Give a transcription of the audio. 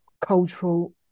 cultural